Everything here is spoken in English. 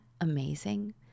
amazing